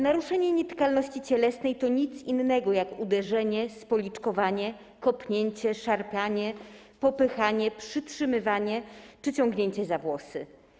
Naruszenie nietykalności cielesnej to nic innego jak uderzenie, spoliczkowanie, kopnięcie, szarpanie, popychanie, przytrzymywanie czy ciągnięcie za włosy.